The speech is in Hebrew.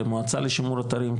למועצה לשימור אתרים,